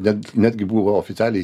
net netgi buvo gal oficialiai